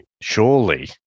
surely